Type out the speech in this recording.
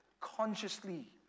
consciously